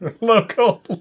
Local